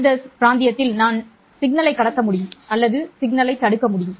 இந்த பிராந்தியத்தில் நான் சமிக்ஞையை கடத்த முடியும் அல்லது சமிக்ஞையை தடுக்க முடியும்